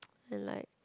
and like